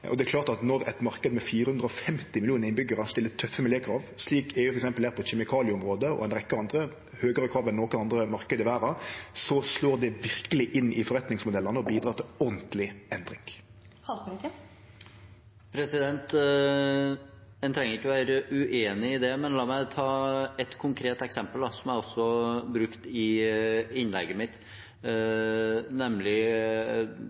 og det er klart at når ein marknad med 450 millionar innbyggjarar stiller tøffe miljøkrav, slik EU gjer f.eks. på kjemikalieområdet og ei rekkje andre område – høgare krav enn nokon annan marknad i verda – slår det verkeleg inn i forretningsmodellane og bidreg til ordentleg endring. En trenger ikke å være uenig i det. Men la meg ta ett konkret eksempel som jeg også brukte i innlegget mitt,